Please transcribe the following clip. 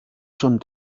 schon